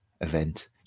event